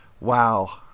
Wow